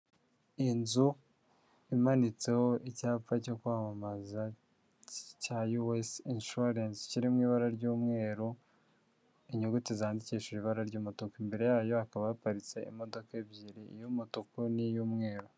Inzu imanitseho icyapa cyo kwamamaza cya U.S. INSURANCE kiri mu ibara ry'umweru, inyuguti zandikishije ibara ry'umutuku. Imbere yayo hakaba haparitse imodoka ebyiri y'umutuku n'iy'umweru.